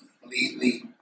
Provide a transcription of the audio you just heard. completely